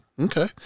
Okay